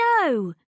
No